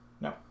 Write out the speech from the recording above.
No